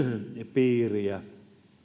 piiriä